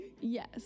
Yes